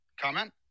Comment